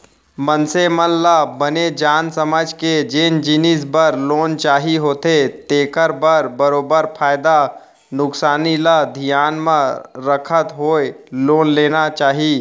मनसे मन ल बने जान समझ के जेन जिनिस बर लोन चाही होथे तेखर बर बरोबर फायदा नुकसानी ल धियान म रखत होय लोन लेना चाही